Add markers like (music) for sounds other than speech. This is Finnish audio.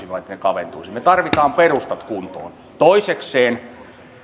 (unintelligible) vaan ne kaventuisivat me tarvitsemme perustat kuntoon toisekseen